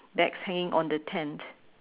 that's hanging on the tent